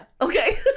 Okay